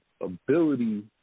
ability